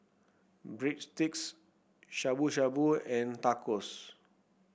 Breadsticks Shabu Shabu and Tacos